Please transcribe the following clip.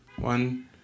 one